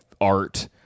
art